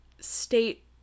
state